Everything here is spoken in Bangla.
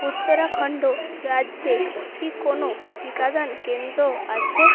উত্তরাখণ্ড রাজ্যে কি কোনও টিকাদান কেন্দ্র আছে